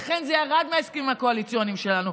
לכן זה ירד מההסכמים הקואליציוניים שלנו,